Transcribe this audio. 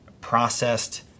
processed